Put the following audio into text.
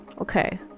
Okay